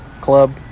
club